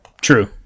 True